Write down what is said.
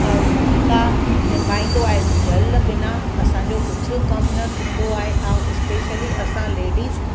भूमिका निभाईंदो आहे जल बिना असांजो कुझु कमु न थींदो आहे ऐं स्पेशली असां लेडीस